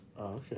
Okay